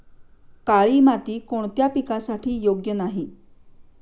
काळी माती कोणत्या पिकासाठी योग्य नाही?